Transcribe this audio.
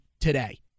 today